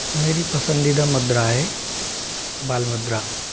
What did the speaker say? मेरी पसंदीदा मुद्रा है बाल मुद्रा